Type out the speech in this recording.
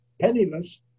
penniless